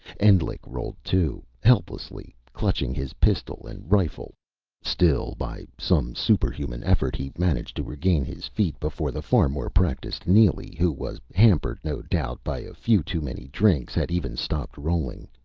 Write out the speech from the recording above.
endlich rolled, too, helplessly, clutching his pistol and rifle still, by some superhuman effort, he managed to regain his feet before the far more practiced neely, who was hampered, no doubt, by a few too many drinks, had even stopped rolling.